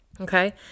okay